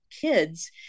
kids